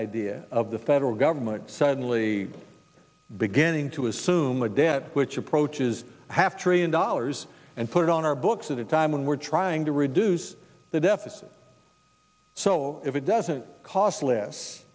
idea of the federal government suddenly beginning to assume a debt which approaches half trillion dollars and put it on our books at a time when we're trying to reduce the deficit so it doesn't cost less